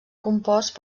compost